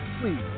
Please